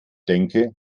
denke